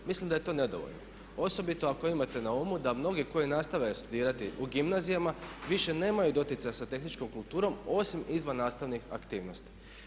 Mislim da je to nedovoljno, osobito ako imate na umu da mnogi koji nastave studirati u gimnazijama više nemaju doticaja sa tehničkom kulturom osim izvan nastavnih aktivnosti.